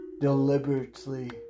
Deliberately